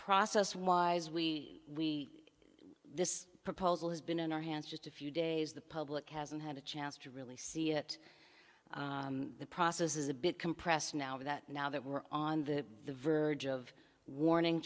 process wise we this proposal has been in our hands just a few days the public hasn't had a chance to really see it the process is a bit compressed now that now that we're on the verge of warning